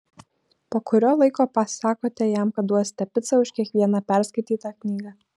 po kurio laiko pasakote jam kad duosite picą už kiekvieną perskaitytą knygą